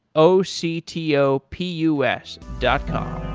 o c t o p u s dot com